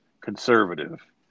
conservative